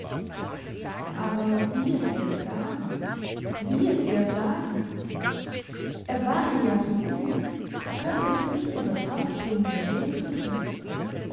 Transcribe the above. aber wie es ihr sagen wie es ihr sagen er war ihr ja so gut er könnte es nicht übers herz bringen ihr weh zu tun